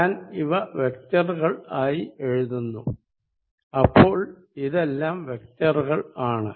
ഞാൻ ഇവ വെക്റ്ററുകൾ ആയി എഴുതുന്നു അപ്പോൾ ഇതെല്ലാം വെക്റ്ററുകൾ ആണ്